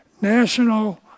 National